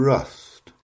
Rust